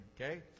okay